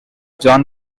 john